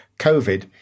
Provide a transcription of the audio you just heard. COVID